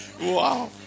Wow